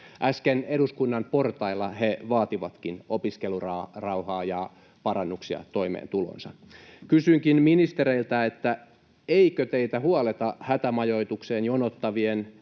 Äsken eduskunnan portailla he vaativatkin opiskelurauhaa ja parannuksia toimeentuloonsa. Kysynkin ministereiltä: Eikö teitä huoleta hätämajoitukseen jonottavien